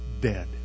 dead